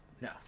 No